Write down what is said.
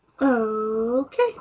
okay